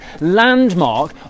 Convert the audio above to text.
landmark